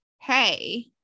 Hey